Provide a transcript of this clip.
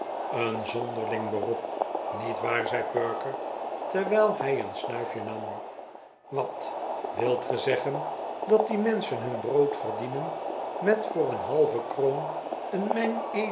een zonderling beroep niet waar zei perker terwijl hij een snuifje nam wat wilt ge zeggen dat die menschen hun brood verdienen met voor een halve kroon een